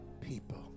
people